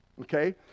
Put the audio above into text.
Okay